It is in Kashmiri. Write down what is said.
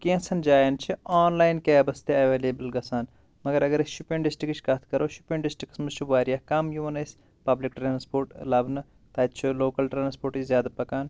کیٚنٛژن جایَن چھِ آنلایِن کیبٕس تہِ ایویلیبٕل تہِ گژھان مگر اگر أسۍ شُپین ڈِسٹِرکٕچ کَتھ کَرو شُپین ڈِسٹِکَس منٛز چھُ واریاہ کَم یِوان اسۍ پَبلِک ٹرٛانَسپوٹ لَبنہٕ تَتہِ چھُ لوکَل ٹرٛانَسپوٹے زیادٕ پکان